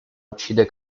uccide